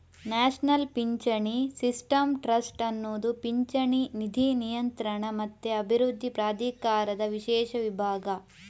national ಪಿಂಚಣಿ system trust ಅನ್ನುದು ಪಿಂಚಣಿ ನಿಧಿ ನಿಯಂತ್ರಣ ಮತ್ತೆ ಅಭಿವೃದ್ಧಿ ಪ್ರಾಧಿಕಾರದ ವಿಶೇಷ ವಿಭಾಗ